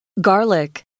Garlic